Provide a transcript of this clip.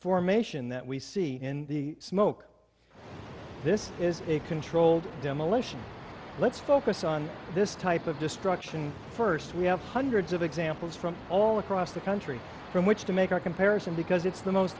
formation that we see in the smoke this is a controlled demolition let's focus on this type of destruction first we have hundreds of examples from all across the country from which to make a comparison because it's the most